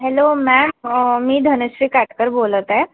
hello ma'am मी धनश्री काटकर बोलत आहे